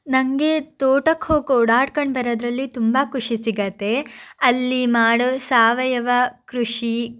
ನನಗೆ ತೋಟಕ್ಕೆ ಹೋಗಿ ಓಡಾಡ್ಕಂಡು ಬರೋದ್ರಲ್ಲಿ ತುಂಬ ಖುಷಿ ಸಿಗತ್ತೆ ಅಲ್ಲಿ ಮಾಡೋ ಸಾವಯವ ಕೃಷಿ